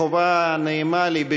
חובה נעימה לי,